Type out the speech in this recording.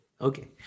Okay